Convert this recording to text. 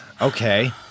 Okay